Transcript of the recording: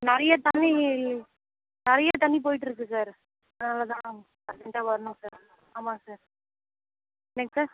நிறைய தண்ணி நிறைய தண்ணி போய்ட்டு இருக்கு சார் அதனால தான் அர்ஜெண்ட்டாக வரணும் சார் ஆமாம் சார் என்னங்க சார்